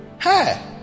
hey